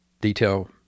Detail